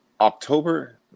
october